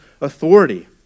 authority